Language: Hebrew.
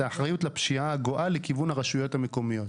האחריות לפשיעה הגואה לכיוון הרשויות המקומיות.